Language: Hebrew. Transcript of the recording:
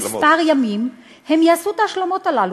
אני שואל שאלה רטורית, כי אני יודע שלא.